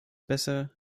besser